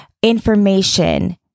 information